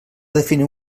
definir